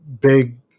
Big